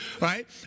right